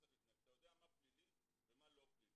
אתה יודע מה פלילי ומה לא.